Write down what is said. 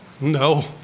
no